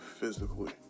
physically